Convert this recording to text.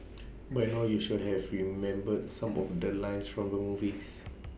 by now you should have remembered some of the lines from the movies